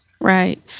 Right